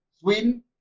Sweden